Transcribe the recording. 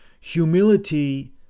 humility